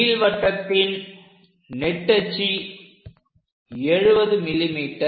நீள்வட்டத்தின் நெட்டச்சு 70 mm